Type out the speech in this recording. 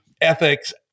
ethics